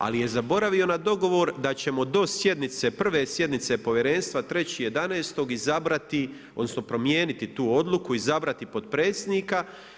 Ali je zaboravio na dogovor da ćemo do sjednice, prve sjednice Povjerenstva 3.11. izabrati, odnosno promijeniti tu odluku, izabrati potpredsjednika.